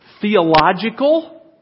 theological